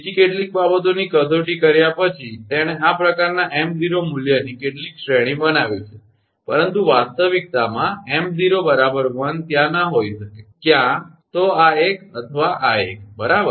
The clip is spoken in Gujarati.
બીજી કેટલીક બાબતોની કસોટી કર્યા પછી તેણે આ પ્રકારના 𝑚0 મૂલ્યની કેટલીક શ્રેણી બનાવી છે પરંતુ વાસ્તવિકતામાં 𝑚0 1 ત્યાં ન હોઇ શકે ક્યાં તો આ એક અથવા આ એક બરાબર